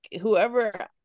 whoever